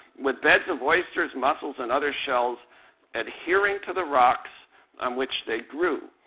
with beds of oysters, mussels, and other shells adhering to the rocks on which they grew,